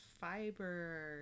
fiber